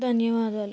ధన్యవాదాలు